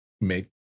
make